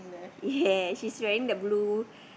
yes she's wearing the blue